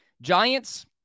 Giants